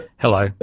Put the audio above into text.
hello,